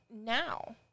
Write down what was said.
now